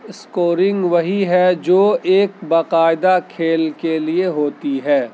scoring وہی ہے جو ایک باقاعدہ کھیل کے لیے ہوتی ہے